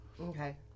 Okay